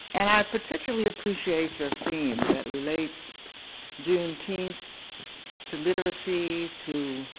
and i particularly appreciate your theme that relates juneteenth to literacy, to